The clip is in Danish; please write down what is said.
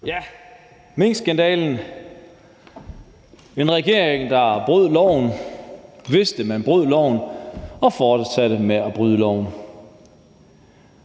Minkskandalen: En regering, der brød loven, vidste, at den brød loven, og fortsatte med at bryde loven.